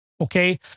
Okay